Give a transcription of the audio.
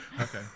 Okay